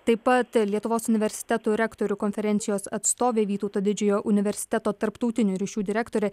taip pat lietuvos universitetų rektorių konferencijos atstovė vytauto didžiojo universiteto tarptautinių ryšių direktorė